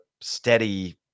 steady